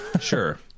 Sure